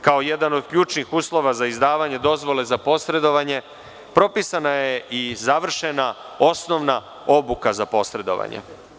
Kao jedan od ključnih uslova za izdavanje dozvole za posredovanje propisana je i završena osnovna obuka za posredovanje.